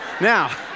Now